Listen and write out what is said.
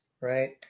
right